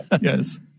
Yes